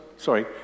sorry